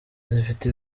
zifite